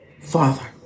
Father